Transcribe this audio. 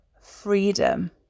freedom